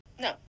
no